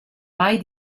mai